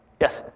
Yes